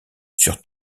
sur